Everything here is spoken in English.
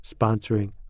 sponsoring